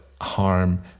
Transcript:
harm